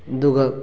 ꯑꯗꯨꯒ